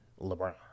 LeBron